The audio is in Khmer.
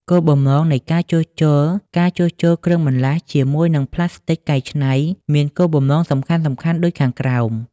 គោលបំណងនៃការជួសជុលការជួសជុលគ្រឿងបន្លាស់ជាមួយនឹងផ្លាស្ទិកកែច្នៃមានគោលបំណងសំខាន់ៗដូចខាងក្រោម